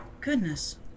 Goodness